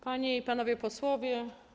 Panie i Panowie Posłowie!